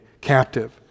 captive